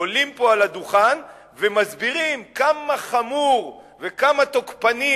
עולים פה על הדוכן ומסבירים כמה חמור וכמה תוקפני,